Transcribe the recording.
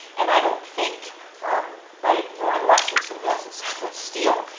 and i don't think um by ignoring washington mills and salit steel,